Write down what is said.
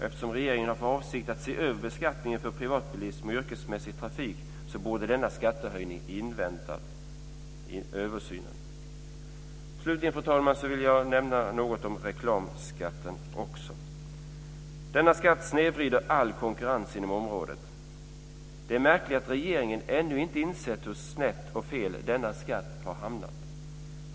Eftersom regeringen har för avsikt att se över beskattningen för privatbilism och yrkesmässig trafik borde denna skattehöjning ha fått vänta till översynen. Fru talman! Jag vill också nämna något om reklamskatten. Denna skatt snedvrider all konkurrens inom området. Det är märkligt att regeringen ännu inte insett hur snett och fel denna skatt har hamnat.